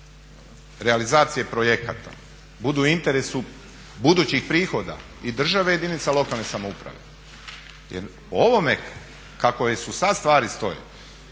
realizacije projekata, budu u interesu budućih prihoda i države i jedinice lokalne samouprave. Jer o ovome kako sad stvari stoje